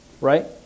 Right